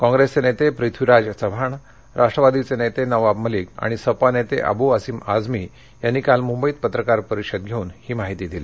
काँग्रेसचे नेते पृथ्वीराज चव्हाण राष्ट्रवादीचे नेते नवाब मलिक आणि सपा नेते अबू असीम आजमी यांनी काल मुंबईत पत्रकार परिषद घेऊन ही माहिती दिली